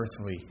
earthly